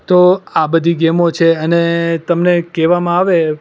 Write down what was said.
તો આ બધી ગેમો છે અને તમને કહેવામાં આવે